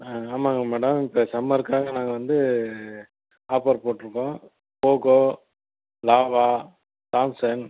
ஆ ஆமாங்க மேடம் இப்போ சம்மருக்காக நாங்கள் வந்து ஆஃபர் போட்டுருக்கோம் போக்கோ லாவா சாம்சங்